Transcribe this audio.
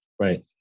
Right